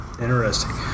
Interesting